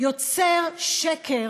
יוצר שקר